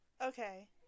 Okay